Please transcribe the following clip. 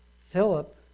Philip